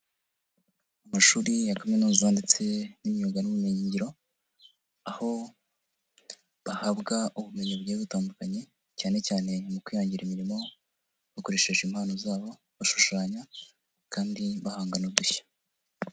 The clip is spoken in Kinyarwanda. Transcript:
Amashuri ya kaminuza ndetse n'imyuga n'ubumenyigiro, aho bahabwa ubumenyi bugiye butandukanye cyane cyane mu kwihangira imirimo, bakoresheje impano zabo, bashushanya kandi bahangagana n'udushya.